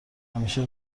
همیشه